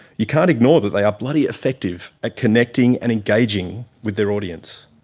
you can't ignore that they are bloody effective at connecting and engaging with their audience.